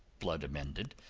blood amended,